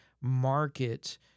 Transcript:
market